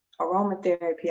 aromatherapy